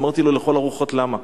אמרתי לו: לכל הרוחות, למה?